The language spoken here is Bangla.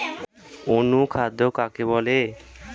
অনুখাদ্য কাকে বলে?